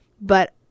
but-